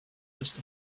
just